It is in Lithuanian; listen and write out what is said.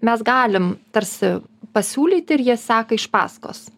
mes galim tarsi pasiūlyti ir jie seka iš paskos